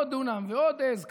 עוד דונם ועוד עז.